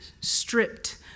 stripped